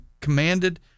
commanded